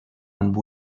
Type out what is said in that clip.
amb